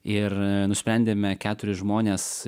ir nusprendėme keturis žmones